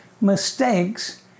mistakes